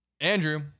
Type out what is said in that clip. Andrew